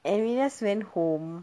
and we just went home